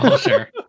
Sure